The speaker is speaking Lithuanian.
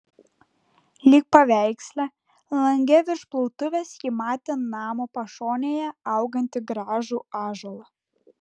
lyg paveiksle lange virš plautuvės ji matė namo pašonėje augantį gražų ąžuolą